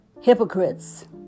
hypocrites